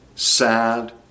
sad